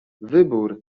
wybór